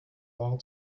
all